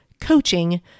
coaching